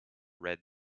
read